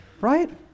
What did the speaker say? right